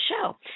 show